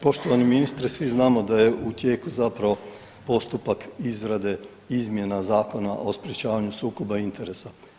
Poštovani ministre svi znamo da je u tijeku zapravo postupak izrade izmjena Zakona o sprječavanju sukoba interesa.